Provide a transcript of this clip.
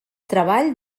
treball